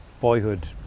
boyhood